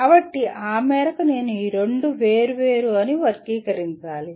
కాబట్టి ఆ మేరకు నేను ఈ రెండు వేర్వేరు అని వర్గీకరించాలి